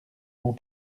mon